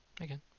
again